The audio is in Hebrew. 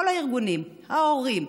כל הארגונים, ההורים,